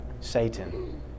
Satan